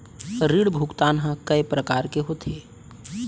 ऋण भुगतान ह कय प्रकार के होथे?